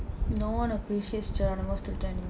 no one appreciates geronimo stilton